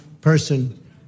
person